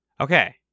Okay